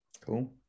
Cool